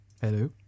Hello